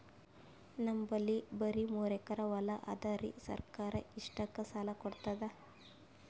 ನಮ್ ಬಲ್ಲಿ ಬರಿ ಮೂರೆಕರಿ ಹೊಲಾ ಅದರಿ, ಸರ್ಕಾರ ಇಷ್ಟಕ್ಕ ಸಾಲಾ ಕೊಡತದಾ?